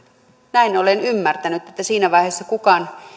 näin olen ymmärtänyt että siinä vaiheessa kukaan